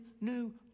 new